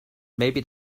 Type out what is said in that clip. maybe